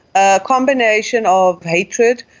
a combination of hatred,